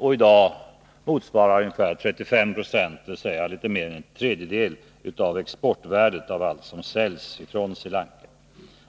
I dag motsvarar oljeimporten för Sri Lankas del 35 26, dvs. litet mer än en tredjedel, av exportvärdet av allt som säljs från Sri Lanka.